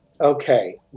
okay